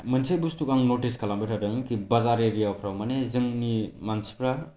मोनसे बस्तुखौ आं नटिस खालामबाय थादों कि बाजार एरियाफ्राव माने जोंनि मानसिफ्रा